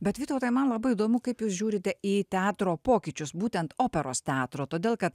bet vytautai man labai įdomu kaip jūs žiūrite į teatro pokyčius būtent operos teatro todėl kad